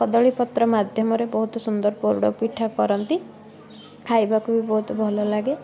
କଦଳୀ ପତ୍ର ମାଧ୍ୟମରେ ବହୁତ ସୁନ୍ଦର ପୋଡ଼ ପିଠା କରନ୍ତି ଖାଇବାକୁ ବି ବହୁତ ଭଲଲାଗେ